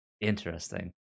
Interesting